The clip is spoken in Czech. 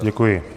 Děkuji.